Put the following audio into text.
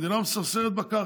המדינה מספסרת בקרקע.